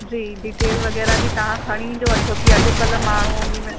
जी detail वग़ैरह बि तव्हां खणी जो अचो की अॼुकल्ह माण्हू उन में